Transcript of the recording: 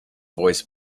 voice